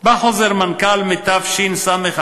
בא חוזר מנכ"ל מתשס"א,